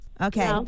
Okay